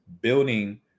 building